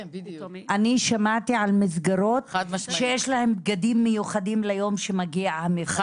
אני שמעתי על מסגרות שיש להם בגדים מיוחדים ליום שמגיע המפקח,